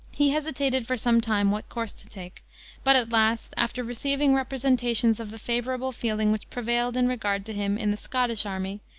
he hesitated for some time what course to take but at last, after receiving representations of the favorable feeling which prevailed in regard to him in the scottish army,